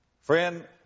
Friend